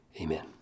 Amen